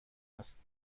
است